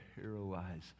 paralyze